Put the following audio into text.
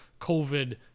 COVID